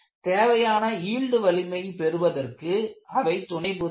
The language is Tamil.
தேவையான யீல்டு வலிமை பெறுவதற்கு அவை துணைபுரிகிறது